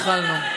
התחלנו.